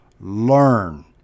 Learn